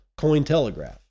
Cointelegraph